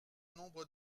nombre